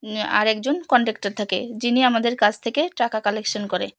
আর একজন কন্ডাক্টর থাকে যিনি আমাদের কাছ থেকে টাকা কালেকশন করে